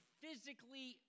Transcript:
physically